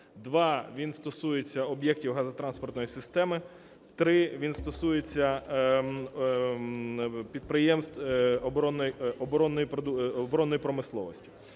Два – він стосується об'єктів газотранспортної системи. Три – він стосується підприємств оборонної промисловості.